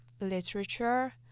literature